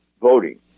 voting